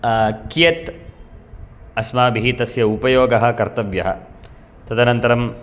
कियत् अस्माभिः तस्य उपयोगः कर्तव्यः तदनन्तरं